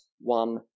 one